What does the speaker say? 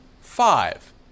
five